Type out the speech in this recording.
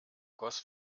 goss